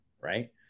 right